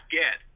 get